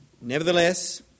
Nevertheless